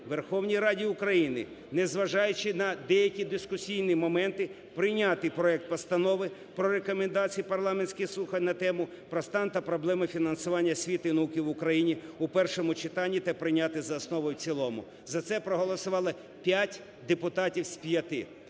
Верховній Раді України, незважаючи на деякі дискусійні моменти, прийняти проект Постанови про Рекомендації парламентських слухань на тему: "Про стан та проблеми фінансування освіти і науки України" у першому читанні та прийняти за основу і в цілому. За це проголосували 5 депутатів з 5.